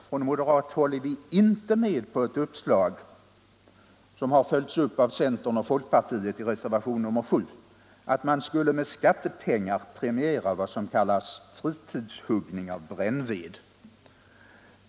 Från moderat håll är vi inte med på ett uppslag som har följts upp av centern och folkpartiet i reservationen 7, att man med skattepengar skulle premiera vad som kallas fritidshuggning av brännved.